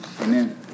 Amen